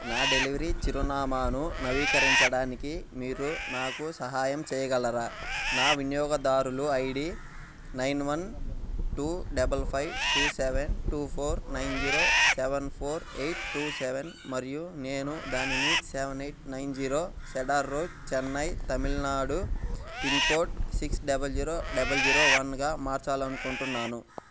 నా డెలివరీ చిరునామాను నవీకరించడానికి మీరు నాకు సహాయం చేయగలరా నా వినియోగదారులు ID nine one two double five two seven two four nine zero seven four eight two seven మరియు నేను దానిని seven eight nine zero cedar road Chennai Tamil Nadu pin code six double zero double zero వన్గా మార్చాలనుకుంటున్నాను